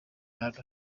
hano